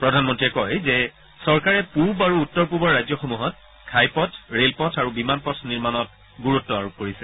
প্ৰধানমন্ত্ৰীয়ে কয় যে চৰকাৰে পূব আৰু উত্তৰ পূবৰ ৰাজ্যসমূত ঘাইপথ ৰেলপথ আৰু বিমান পথ নিৰ্মাণত গুৰুত্ আৰোপ কৰিছে